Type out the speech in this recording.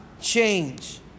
change